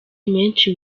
menshi